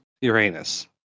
Uranus